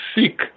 seek